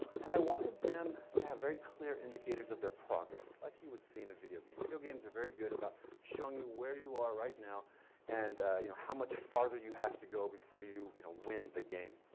and i wanted them to have very clear indicators of their progress like you would see in a video game. video games are very good about showing you where you are right now and you know how much farther you have to go before you, you know, win the game.